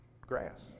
grass